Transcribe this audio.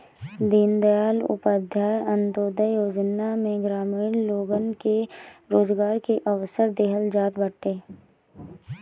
दीनदयाल उपाध्याय अन्त्योदय योजना में ग्रामीण लोगन के रोजगार के अवसर देहल जात बाटे